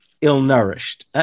ill-nourished